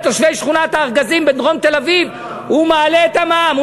לתושבי שכונת-הארגזים בדרום תל-אביב הוא מעלה את המע"מ.